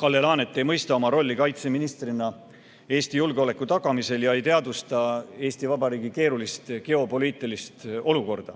Kalle Laanet ei mõista oma rolli kaitseministrina Eesti julgeoleku tagamisel ega teadvusta Eesti Vabariigi keerulist geopoliitilist olukorda.